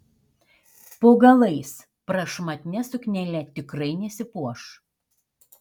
po galais prašmatnia suknele tikrai nesipuoš